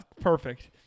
Perfect